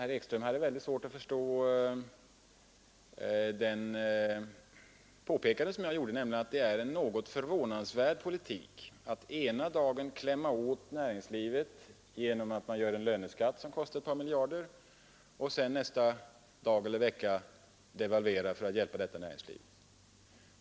Herr Ekström hade svårt att förstå det påpekande som jag gjorde, nämligen att det är en något förvånansvärd politik att ena dagen klämma åt näringslivet genom att införa en löneskatt som kostar ett par miljarder kronor och sedan — nästa dag eller nästa vecka — devalvera för att hjälpa detta näringsliv.